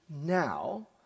now